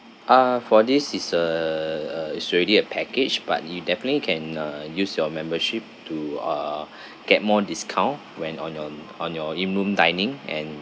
ah for this is uh uh it's already a package but you definitely can uh use your membership to ah get more discount when on your on your in room dining and